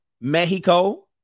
Mexico